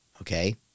okay